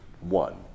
one